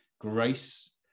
Grace